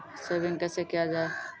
Saving कैसै किया जाय?